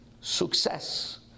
success